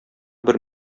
бер